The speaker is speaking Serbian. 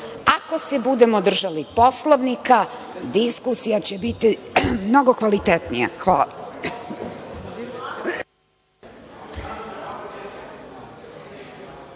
se budemo držali Poslovnika, diskusija će biti mnogo kvalitetnija. Hvala.